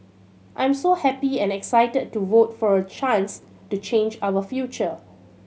I'm so happy and excited to vote for a chance to change our future